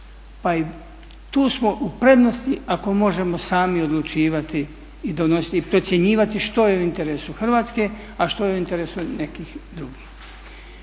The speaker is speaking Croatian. Pa tu smo u prednosti ako možemo sami odlučivati i donositi i procjenjivati što je u interesu Hrvatske, a što je u interesu nekih drugih.